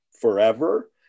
forever